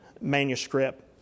manuscript